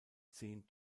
zehn